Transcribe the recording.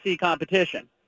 competition